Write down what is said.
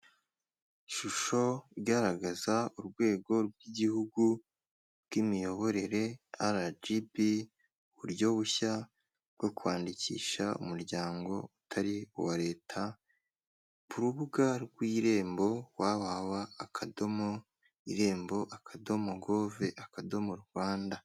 Ishusho igaragaza urwego rw'igihugu rw'imiyoborere arajibi uburyo bushya bwo kwandikisha umuryango utari uwa leta, ku rubuga rw'irembo wa wa wa, akadomo, irembo akadomo gove akadomo Rwanda.